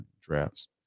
Drafts